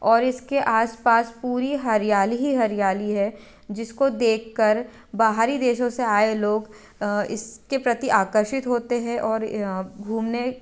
और इसके आस पास पूरी हरियाली ही हरियाली है जिसको देख कर बाहरी देशों से आए लोग इसके प्रति आकर्षित होते हैं और घूमने